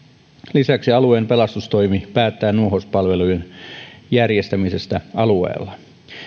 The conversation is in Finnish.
lisäksi alueen pelastustoimi päättää nuohouspalvelujen järjestämisestä alueella